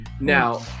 Now